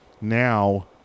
now